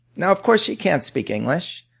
now, of course she can't speak english.